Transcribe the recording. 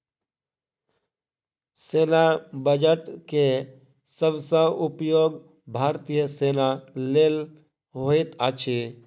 सेना बजट के सब सॅ उपयोग भारतीय सेना लेल होइत अछि